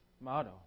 motto